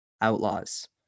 outlaws